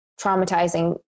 traumatizing